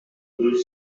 deux